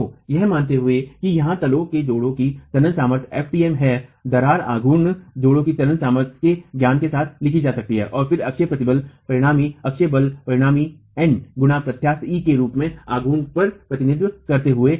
तो यह मानते हुए कि यहाँ तलों के जोड़ों की तनन सामर्थ्य fmt है दरार आघूर्ण जोड़ों की तनन सामर्थ्य के ज्ञान के साथ लिखा जा सकता है फिर से अक्षीय प्रतिबल परिणामी अक्षीय बल परिणामी N गुणा प्रस्त्यास्थ e के रूप में आघूर्ण का प्रतिनिधित्व करते हुए